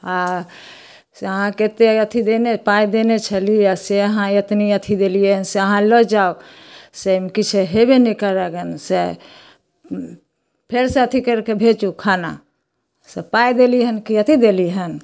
आ से आहाँ केत्ते अथी देने पाइ देने छली से आहाँ एतनी अथी देलियै हँ से आहाँ लऽ जाउ से अयमे किछ हेबे नै करए गन सए फेर से अथी कैर के भेजू खाना से पाइ देली हन कि अथी देली हन